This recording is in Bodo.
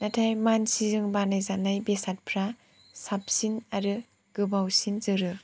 नाथाय मानसिजों बानाय जानाय बेसादफ्रा साबसिन आरो गोबावसिन जोरो